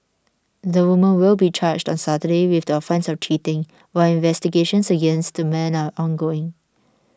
the woman will be charged on Saturday with the offence of cheating while investigations against the man are ongoing